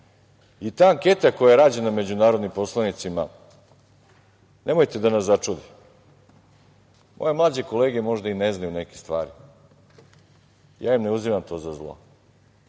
anketa koja je rađena među narodnim poslanicima nemojte da nas začudi. Ove mlađe ankete možda i ne znaju neke stvari i ja im ne uzimam to za zlo.